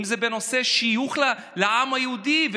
אם זה בנושא השיוך לעם היהודי.